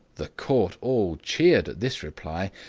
the court all cheered at this reply,